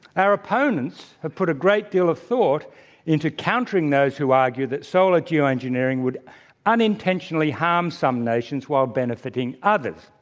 our opponents have put a great deal of thought into countering those who argue that solar geoengineering would unintentionally harm some nations while benefiting others.